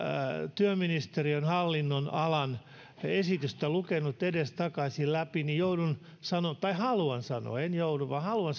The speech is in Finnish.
työministeriön hallinnonalan esitystä lukenut edestakaisin läpi niin joudun sanomaan tai haluan sanoa en joudu sanomaan vaan haluan